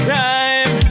time